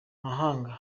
mahanga